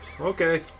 Okay